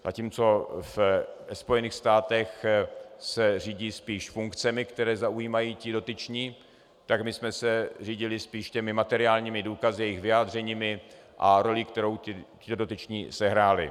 Zatímco ve Spojených státech se řídí spíš funkcemi, které zaujímají ti dotyční, my jsme se řídili spíš materiálními důkazy, jejich vyjádřeními a rolí, kterou ti dotyční sehráli.